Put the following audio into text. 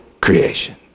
creation